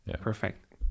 Perfect